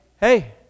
hey